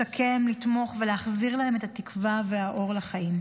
לשקם, לתמוך ולהחזיר להם את התקווה והאור לחיים.